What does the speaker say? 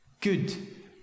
Good